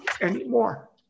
anymore